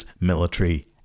Military